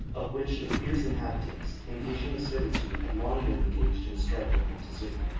of which the fierce inhabitants, impatient of servitude, had long been engaged in strife with montezuma.